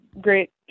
great